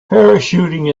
parachuting